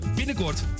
binnenkort